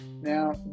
Now